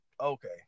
okay